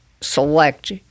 select